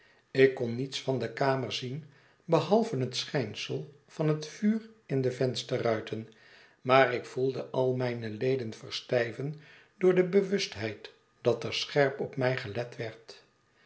ik kon niets van de kamer zien behalve het schijnsel van het vuur in de vensterruiten maar ik voelde al mijne leden verstijven door de bewustheid dat er scherp op mij gelet werd